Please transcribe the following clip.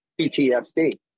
PTSD